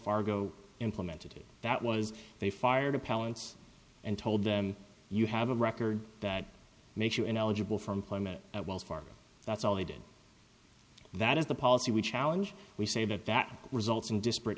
fargo implemented that was they fired appellants and told them you have a record that makes you ineligible for employment at wells fargo that's all they did that is the policy we challenge we say that that results in disparate